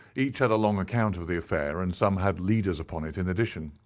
each had a long account of the affair, and some had leaders upon it in addition.